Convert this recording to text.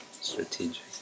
strategic